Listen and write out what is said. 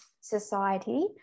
society